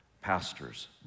pastors